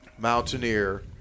Mountaineer